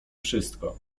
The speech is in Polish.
wszystko